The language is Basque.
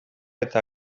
eta